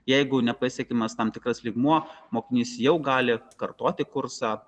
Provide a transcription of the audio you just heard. jeigu nepasiekiamas tam tikras lygmuo mokinys jau gali kartoti kursą